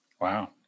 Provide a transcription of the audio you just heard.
Wow